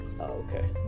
okay